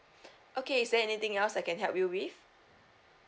okay is there anything else I can help you with